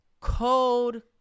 code